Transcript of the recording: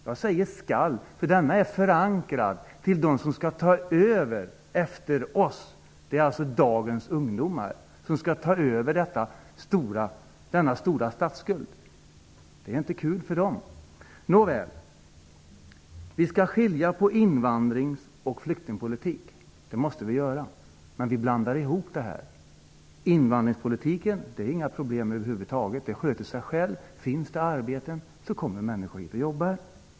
Jag säger ''skall'', eftersom den är förankrad hos dem som skall ta över efter oss. Dagens ungdomar skall ta över denna stora statsskuld. Det är inte kul för dem. Man måste skilja på invandrings och flyktingpolitik. Men det blandas ofta ihop. Det finns över huvud taget inga problem med invandringspolitiken. Om det finns arbeten, så kommer människor hit och jobbar.